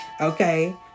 okay